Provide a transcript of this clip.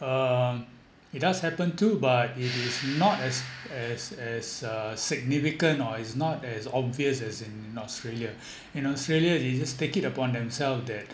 um it does happen too but it is not as as as uh significant or is not as obvious as in in australia you know australia they just take it upon themself that